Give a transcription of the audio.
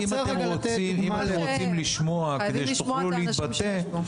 אם אתם רוצים לשמוע כדי שתוכלו להתבטא,